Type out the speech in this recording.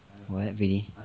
what really